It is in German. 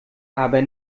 aber